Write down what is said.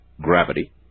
gravity